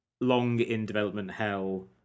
long-in-development-hell